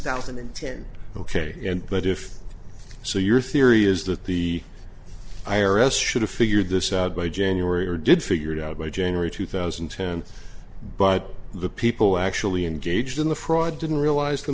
thousand and ten ok but if so your theory is that the i r s should have figured this out by january or did figure it out by january two thousand and ten but the people actually engaged in the fraud didn't realize the